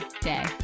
day